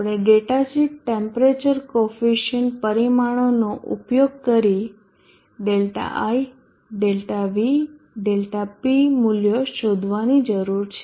આપણે data sheet temperature coefficient પરિમાણોનો ઉપયોગ કરી Δi Δv Δp મૂલ્યો શોધવાની જરૂર છે